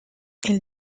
elle